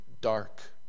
dark